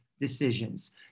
decisions